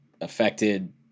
affected